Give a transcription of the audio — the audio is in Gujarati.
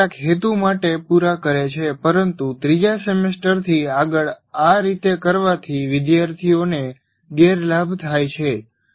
તે કેટલાક હેતુ માટે પુરા કરે છે પરંતુ ત્રીજા સેમેસ્ટરથી આગળ આ રીતે કરવાથી વિદ્યાર્થીઓને ગેરલાભ થાય છે